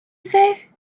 say